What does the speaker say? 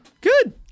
Good